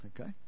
Okay